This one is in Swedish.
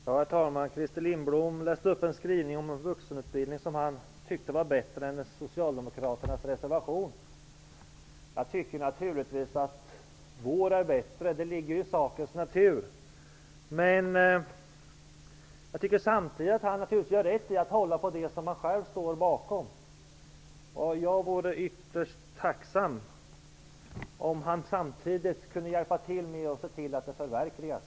Herr talman! Christer Lindblom läste upp en skrivning om vuxentubildning som han tyckte var bättre än socialdemokraternas reservation. Jag tycker naturligtvis att vår skrivning är bättre. Det ligger i sakens natur. Samtidigt tycker jag att Christer Lindblom naturligtvis gör rätt i att hålla på det som han själv står bakom. Jag vore ytterst tacksam om han samtidigt kunde hjälpa till att se till att det här förverkligas.